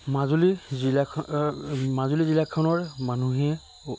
মাজুলী জিলাখ মাজুলী জিলাখনৰ মানুহে